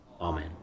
Amen